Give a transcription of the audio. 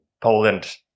Poland